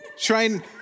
Trying